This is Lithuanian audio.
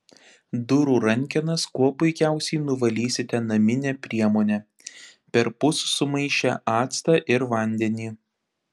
durų rankenas kuo puikiausiai nuvalysite namine priemone perpus sumaišę actą ir vandenį